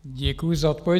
Děkuji za odpověď.